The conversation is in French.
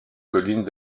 collines